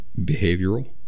Behavioral